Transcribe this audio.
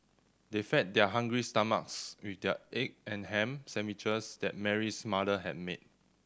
they fed their hungry stomachs with the egg and ham sandwiches that Mary's mother had made